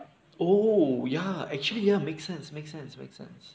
oh ya actually ya make sense make sense make sense